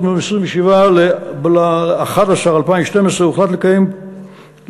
ביום 27 בנובמבר 2012 הוחלט לקדם פיילוט,